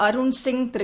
அருண்சிய் திரு